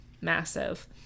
massive